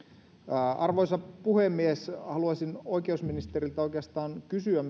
arvoisa puhemies haluaisin oikeusministeriltä oikeastaan myös kysyä